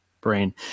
brain